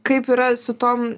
kaip yra su tom